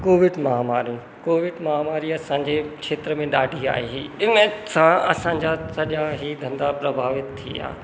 Covid महामारी Covid महामारीअ असांजे खेत्र में ॾाढी आहे इनसां असांजा सॼा ई धंधा प्रभावित थिया